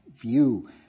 view